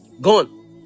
Gone